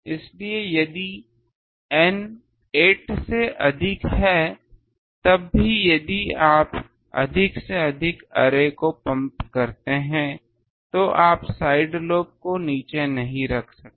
इसलिए यदि N 8 से अधिक है तब भी यदि आप अधिक से अधिक अर्रेस को पंप करते हैं तो आप साइड लोब को नीचे नहीं रख सकते हैं